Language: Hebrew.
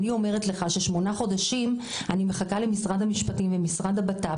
אני אומרת לך ששמונה חודשים אני מחכה למשרד המשפטים ומשרד הבט"פ